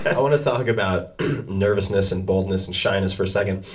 i want to talk about nervousness and boldness and shyness for a second.